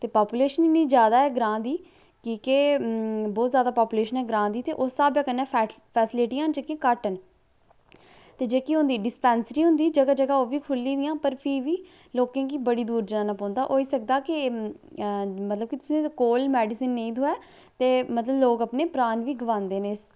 ते पापूलेशन इन्नी जादा ऐ ग्रांऽ दी कि के बोह्त जादा पापुलेशन ऐ ग्रांऽ दी ते उस स्हाबै कन्नै फैस्लिटियां जेह्की घट्ट न ते जेह्की होंदी डिस्पैंसरी होंदी जगह जगह ओह्बी खुल्ली दियां पर फ्ही बी लोकें गी बड़ी दूर जाना पौंदा होई सकदा के मतलब कोल मेडीसिन नेईं थ्होऐ ते मतलब लोग अपने प्राण बी गवांदे न